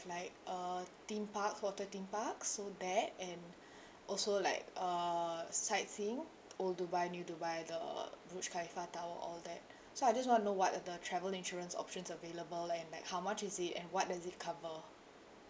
like a theme park water theme parks so that and also like uh sightseeing old dubai new dubai the burj khalifa tower all that so I just want to know what are the travel insurance options available and like how much is it and what does it cover